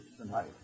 tonight